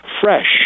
fresh